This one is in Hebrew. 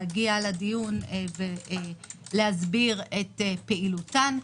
להגיע לדיון ולהסביר את פעילותן,